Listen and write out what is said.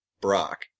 Brock